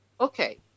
okay